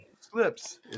slips